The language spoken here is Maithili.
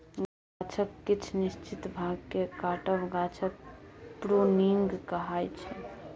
गाछक किछ निश्चित भाग केँ काटब गाछक प्रुनिंग कहाइ छै